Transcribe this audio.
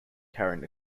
carrying